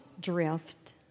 drift